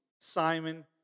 Simon